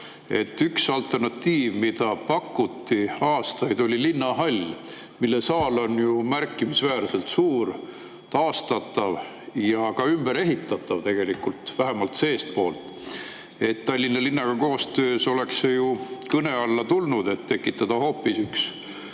Üks alternatiiv, mida pakuti aastaid, oli linnahall, mille saal on märkimisväärselt suur, taastatav ja ka ümber ehitatav, vähemalt seestpoolt. Tallinna linnaga koostöös oleks see ju kõne alla tulnud, et tekitada hoopis üks